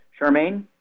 Charmaine